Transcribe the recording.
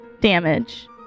damage